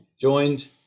joined